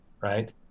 right